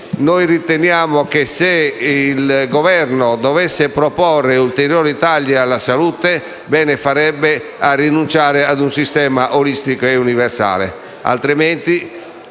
noi riteniamo che, se il Governo dovesse proporre ulteriori tagli alla salute, bene farebbe a rinunciare ad un sistema olistico ed universale.